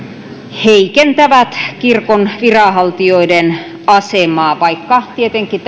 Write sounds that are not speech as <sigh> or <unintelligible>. heikentävät kirkon viranhaltijoiden asemaa vaikka tietenkin <unintelligible>